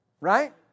Right